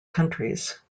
countries